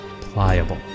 pliable